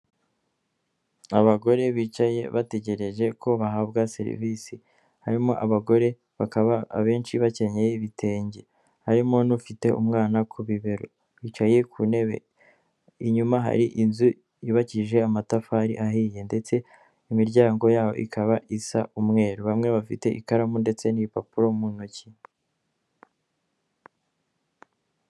Abagore bicaye bategereje ko bahabwa serivisi harimo abagoreba abenshi bakenyeye ibitenge harimo n'ufite umwana ku bibero bicaye ku ntebe inyuma hari inzu yubakishije amatafari ahiye ndetse imiryango yabo ikaba isa umweru bamwe bafite ikaramu ndetse n'impapuro mu ntoki.